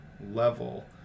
level